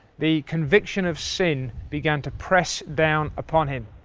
the conviction of sin began to press down upon him,